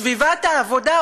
סביבת העבודה,